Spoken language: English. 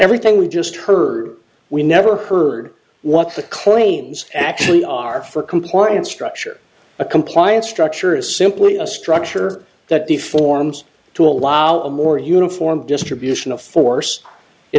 everything we just heard we never heard what the claims actually are for compliance structure a compliance structure is simply a structure that the forms to allow a more uniform distribution of force it